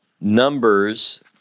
Numbers